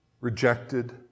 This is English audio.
rejected